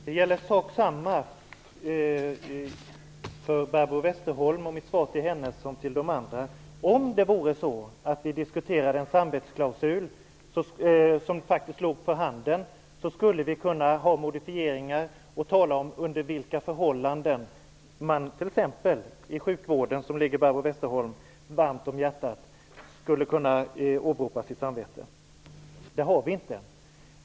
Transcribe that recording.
Herr talman! Samma sak gäller för mitt svar till Barbro Westerholm som till de andra: Om vi diskuterade en samvetsklausul som faktiskt låg för handen skulle vi kunna tala om under vilka förhållanden inom exempelvis sjukvården, som ju ligger Barbro Westerholm varmt om hjärtat, man skulle kunna åberopa sitt samvete. Det gör vi inte.